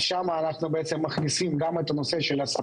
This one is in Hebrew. אנחנו מכניסים שם גם את נושא השפה.